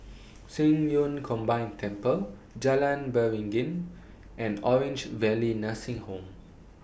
Qing Yun Combined Temple Jalan Beringin and Orange Valley Nursing Home